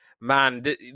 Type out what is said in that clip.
man